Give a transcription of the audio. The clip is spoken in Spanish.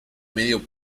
medio